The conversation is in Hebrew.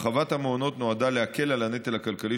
הרחבת המעונות נועדה להקל את הנטל הכלכלי